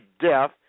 death